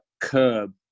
curb